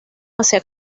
hacia